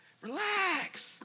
relax